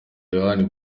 yohani